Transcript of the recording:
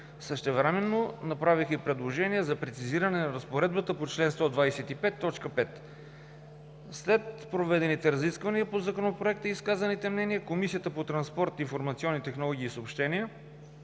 Същевременно направиха и предложение за прецизиране на разпоредбата на чл. 125, т. 5. След проведените разисквания по Законопроекта и изказаните мнения, Комисията по транспорт, информационни технологии и съобщения